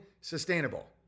sustainable